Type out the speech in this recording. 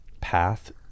path